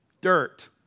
dirt